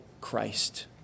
Christ